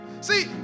See